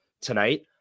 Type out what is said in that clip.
tonight